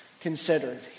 considered